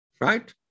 Right